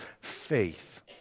faith